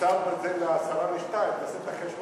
קצבנו את זה ל-01:50, תעשה את החשבון.